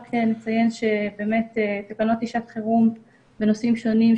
רק נציין שבאמת תקנות לשעת חירום בנושאים שונים,